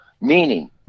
Meaning